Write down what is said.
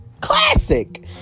classic